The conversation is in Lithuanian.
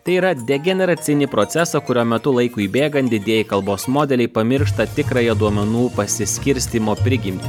tai yra degeneracinį procesą kurio metu laikui bėgant didieji kalbos modeliai pamiršta tikrąją duomenų pasiskirstymo prigimtį